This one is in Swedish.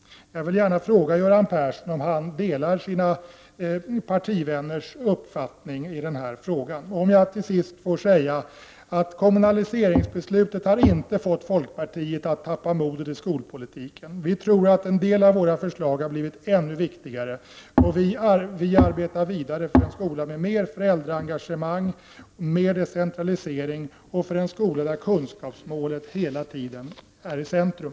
Jag vill gärna fråga Göran Persson om han delar sina partivänners uppfattning i denna fråga. Till sist vill jag säga att kommunaliseringsbeslutet inte har fått folkpartiet att tappa modet i skolpolitiken. Vi tror att en del av våra förslag har blivit ännu viktigare, och vi arbetar vidare för en skola med mer föräldraengagemang och mer decentralisering, en skola där kunskapsmålet hela tiden står i centrum.